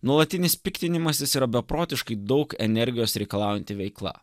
nuolatinis piktinimasis yra beprotiškai daug energijos reikalaujanti veikla